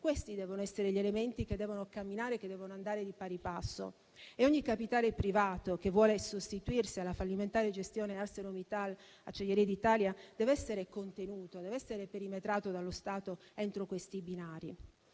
questi devono essere gli elementi che devono camminare e andare di pari passo e ogni capitale privato che vuole sostituirsi alla fallimentare gestione ArcelorMittal acciaierie d'Italia deve essere contenuto e perimetrato dallo Stato entro questi binari.